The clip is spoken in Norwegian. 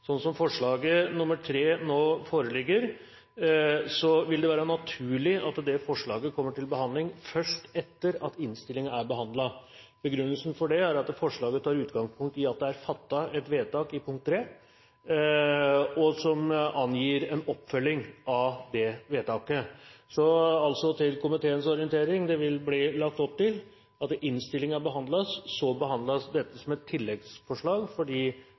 nå foreligger, vil det være naturlig at det forslaget kommer til behandling først etter at innstillingen er behandlet. Begrunnelsen for det er at forslaget tar utgangspunkt i at det er fattet et vedtak i punkt 3, og angir en oppfølging av det vedtaket. Så til komiteens orientering: Det vil bli lagt opp til at innstillingen behandles, så behandles dette som et tilleggsforslag, fordi